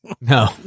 no